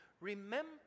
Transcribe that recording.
remember